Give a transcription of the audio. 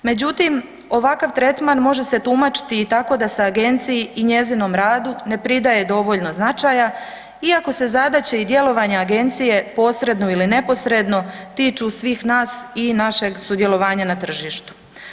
Međutim, ovakav tretman može se tumačiti i tako da se agenciji i njezinom radu ne pridaje dovoljno značaja iako se zadaće i djelovanje agencije, posredno ili neposredno, tiču svih nas i našeg sudjelovanja na tržištu.